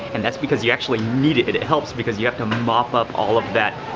and that's because you actually need it. it helps because you have to mop up all of that